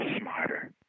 smarter